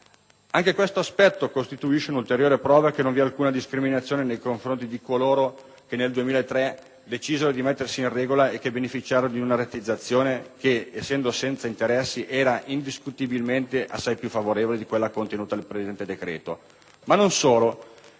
Anche questo aspetto costituisce un'ulteriore prova che non vi è alcuna discriminazione nei confronti di coloro che nel 2003 decisero di mettersi in regola e che beneficiarono di una rateizzazione che, essendo senza interessi, era indiscutibilmente assai più favorevole di quella contenuta nel presente decreto. Ma non solo,